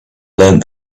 learned